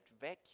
vacuum